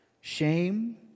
Shame